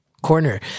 corner